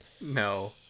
no